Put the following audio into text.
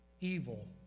evil